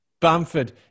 Bamford